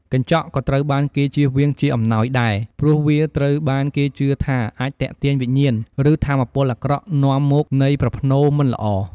កញ្ចក់ក៏ត្រូវបានគេជៀសវាងជាអំណោយដែរ ព្រោះវាត្រូវបានគេជឿថាអាចទាក់ទាញវិញ្ញាណ ឬថាមពលអាក្រក់នាំមកនៃប្រផ្នូលមិនល្អ។